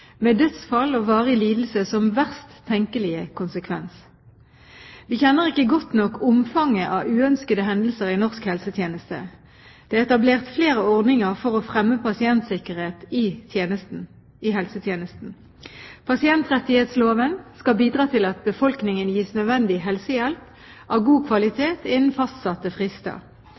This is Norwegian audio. med dødsfall og varig lidelse som verst tenkelige konsekvens. Vi kjenner ikke godt nok omfanget av uønskede hendelser i norsk helsetjeneste. Det er etablert flere ordninger for å fremme pasientsikkerhet i helsetjenesten. Pasientrettighetsloven skal bidra til at befolkningen gis nødvendig helsehjelp av god kvalitet innen fastsatte frister.